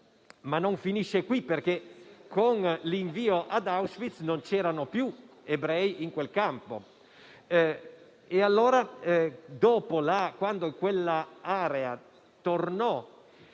Ma non finisce qui, perché dopo l'invio ad Auschwitz non c'erano più ebrei in quel campo e, quando quell'area venne